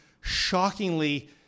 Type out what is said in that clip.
shockingly